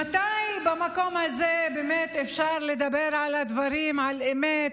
מתי במקום הזה באמת אפשר לדבר על הדברים באמת,